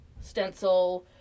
stencil